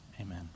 Amen